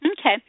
Okay